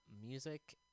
music